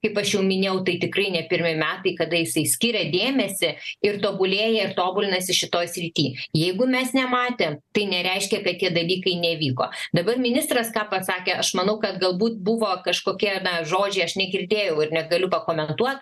kaip aš jau minėjau tai tikrai ne pirmi metai kada jisai skiria dėmesį ir tobulėja ir tobulinasi šitoj srity jeigu mes nematėm tai nereiškia kad tie dalykai nevyko dabar ministras ką pasakė aš manau kad galbūt buvo kažkokie žodžiai aš negirdėjau ir negaliu pakomentuo